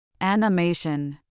Animation